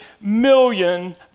million